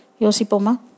Yosipoma